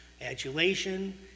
adulation